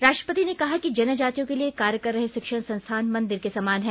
राष्ट्रपति ने कहा कि जनजातियों के लिए कार्य कर रहे शिक्षण संस्थान मंदिर के समान हैं